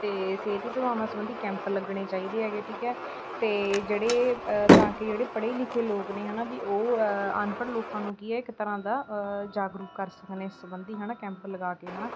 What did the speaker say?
ਅਤੇ ਸਿਹਤ ਸੇਵਾਵਾਂ ਸੰਬੰਧੀ ਕੈਂਪ ਲੱਗਣੇ ਚਾਹੀਦੇ ਹੈਗੇ ਠੀਕ ਹੈ ਅਤੇ ਜਿਹੜੇ ਤਾਂ ਕਿ ਜਿਹੜੇ ਪੜ੍ਹੇ ਲਿਖੇ ਲੋਕ ਨੇ ਹੈ ਨਾ ਵੀ ਉਹ ਅਨਪੜ੍ਹ ਲੋਕਾਂ ਨੂੰ ਕੀ ਹੈ ਇੱਕ ਤਰ੍ਹਾਂ ਦਾ ਜਾਗਰੂਕ ਕਰ ਸਕਣ ਇਸ ਸੰਬੰਧੀ ਹੈ ਨਾ ਕੈਂਪ ਲਗਾ ਕੇ ਹੈ ਨਾ